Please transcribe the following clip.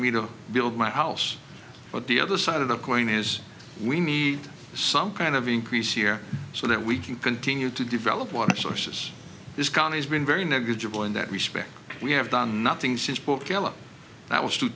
me to build my house but the other side of the coin is we need some kind of increase here so that we can continue to develop watch sources this county's been very negligible in that respect we have done nothing